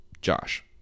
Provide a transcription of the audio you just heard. Josh